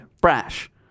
Brash